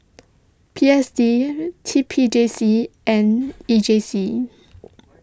P S D T P J C and E J C